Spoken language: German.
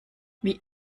wie